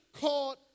called